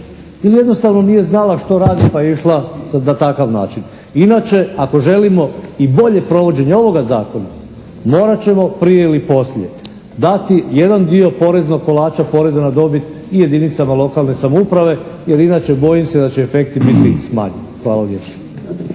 ili jednostavno nije znala što radi pa je išla na takav način. Inače ako želimo i bolje provođenje ovoga Zakona morat ćemo prije ili poslije dati jedan dio poreznog kolača, poreza na dobit i jedinicama lokalne samouprave jer inače bojim se da će efekti biti smanjeni. Hvala lijepa.